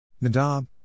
Nadab